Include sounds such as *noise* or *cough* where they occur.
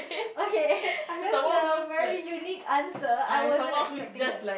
okay *laughs* that's a very unique answer I wasn't expecting that